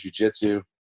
jujitsu